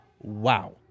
wow